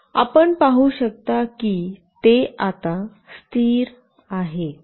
आणि आपण पाहू शकता की ते आता स्थिर आहे